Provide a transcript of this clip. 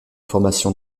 formation